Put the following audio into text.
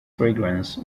fragrance